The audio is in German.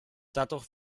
dadurch